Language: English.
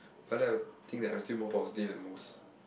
but I will think that I'm still more positive than most